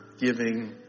giving